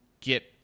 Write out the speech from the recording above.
get